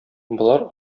болар